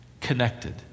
connected